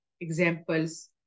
examples